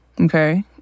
Okay